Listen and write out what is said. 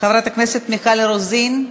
חברת הכנסת מיכל רוזין.